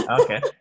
okay